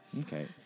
Okay